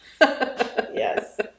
Yes